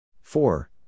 Four